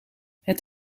het